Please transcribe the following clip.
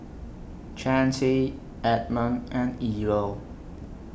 Chancey Edmon and Ewell